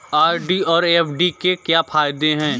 RD और FD के क्या फायदे हैं?